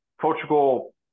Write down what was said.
Portugal